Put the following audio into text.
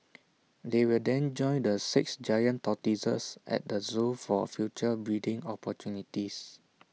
they will then join the six giant tortoises at the Zoo for future breeding opportunities